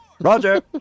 Roger